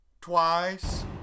twice